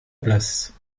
place